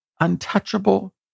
untouchable